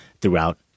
throughout